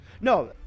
No